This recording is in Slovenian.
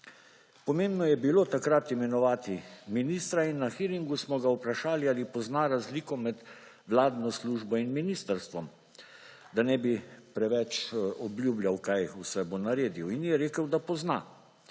Pomembno je bilo takrat imenovati ministra in na hiringu smo ga vprašali, ali pozna razliko med vladno službo in ministrstvom, da ne bi preveč obljubljal kaj vse bo naredil. In je rekel da pozna.